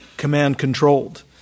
command-controlled